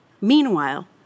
Meanwhile